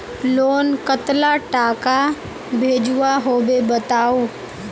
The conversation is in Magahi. लोन कतला टाका भेजुआ होबे बताउ?